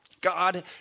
God